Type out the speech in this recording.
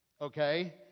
Okay